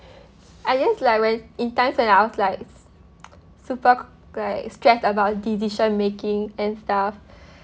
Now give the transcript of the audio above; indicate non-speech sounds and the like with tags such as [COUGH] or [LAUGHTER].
[BREATH] I guess like when in times when I was [NOISE] super like stressed about decision making and stuff [BREATH]